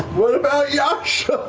what about yasha?